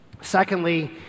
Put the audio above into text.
Secondly